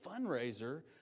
fundraiser